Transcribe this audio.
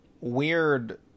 weird